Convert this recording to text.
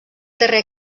darrer